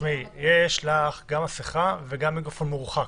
יש לך גם מסיכה וגם מיקרופון מורחק.